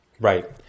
Right